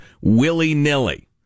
willy-nilly